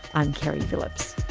i'm keri phillips